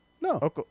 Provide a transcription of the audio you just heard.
no